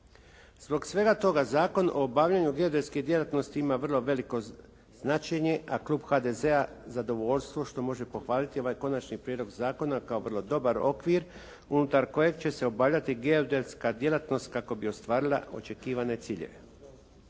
Zbog svega toga zakon o obavljanju geodetske djelatnosti ima vrlo veliko značenje, a klub HDZ-a zadovoljstvo što može pohvaliti ovaj Konačni prijedlog zakona koji ima dobar okvir unutar kojeg će se obavljati geodetska djelatnost kako bi ostvarila očekivane ciljeve.